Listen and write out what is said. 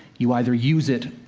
you either use it,